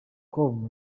com